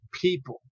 people